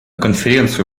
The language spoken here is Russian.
конференцию